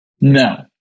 no